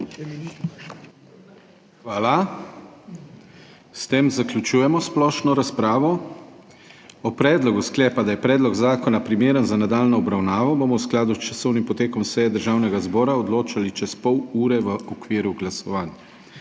Hvala. S tem zaključujem splošno razpravo. O predlogu sklepa, da je predlog zakona primeren za nadaljnjo obravnavo, bomo v skladu s časovnim potekom seje Državnega zbora odločali čez pol ure v okviru glasovanj.